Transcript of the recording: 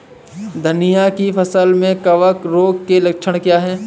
धनिया की फसल में कवक रोग के लक्षण क्या है?